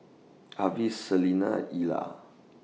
Avis Selina Ila